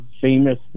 famous